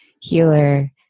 healer